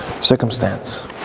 circumstance